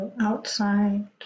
outside